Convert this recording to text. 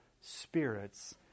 spirits